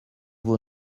vos